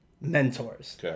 mentors